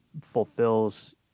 fulfills